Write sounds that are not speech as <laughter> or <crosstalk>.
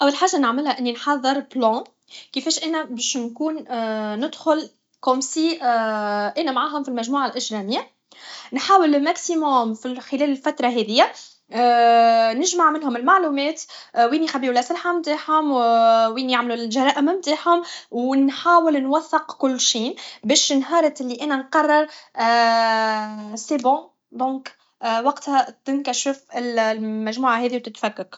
اول خاجةنعملها هو اني احضر بلان كفاش انا باش نكون ندخل كوم سي <hesitation> انا معاهم فالمجموعه الاجراميه نحاول لماكسيموم في خلال الفتره هذيه <hesitation> نجمع منهم المعلومات وين يخبيو الاسلحة نتاعهم <hesitation> وين يعملو الجرائم نتاعهم و نخاول نوثق كل شي باش نهارت لي انا نقرر <hesitation> سي بون دنك وقتها تنكشف المجموعه هذي و تتفكك